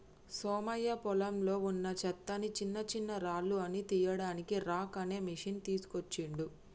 సోమయ్య పొలంలో వున్నా చెత్తని చిన్నచిన్నరాళ్లు అన్ని తీయడానికి రాక్ అనే మెషిన్ తీస్కోచిండు